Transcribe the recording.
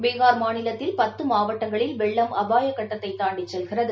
பீகார் மாநிலத்தில் பத்து மாவட்டங்களில் வெள்ளம் அபாயக் கட்டத்தாண்டி செல்கிறது